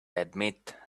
admit